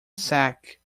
sack